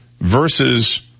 versus